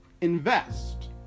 invest